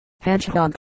hedgehog